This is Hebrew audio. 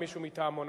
מישהו מטעמו,